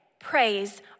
praise